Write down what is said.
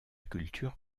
culture